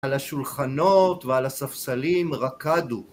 על השולחנות ועל הספסלים רקדו